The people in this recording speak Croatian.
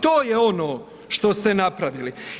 To je ono što ste napravili.